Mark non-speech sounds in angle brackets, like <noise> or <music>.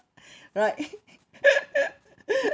right <laughs>